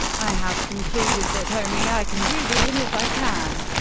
i have concluded that only i can do that, and if i can,